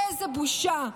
איזה בושה.